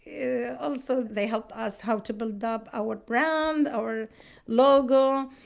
yeah also, they help us how to build up our brand, our logo,